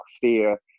fear